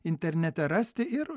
internete rasti ir